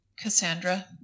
Cassandra